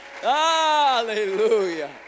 Hallelujah